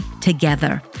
together